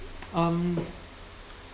um